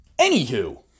Anywho